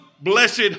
blessed